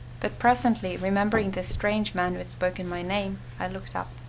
but presently, remembering the strange man who had spoken my name, i looked up,